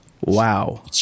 Wow